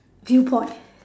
viewpoint